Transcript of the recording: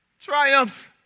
triumphs